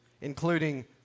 including